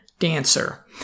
Dancer